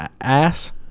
ass